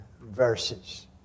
verses